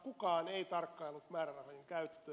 kukaan ei tarkkaillut määrärahojen käyttöä